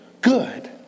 good